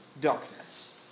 darkness